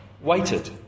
waited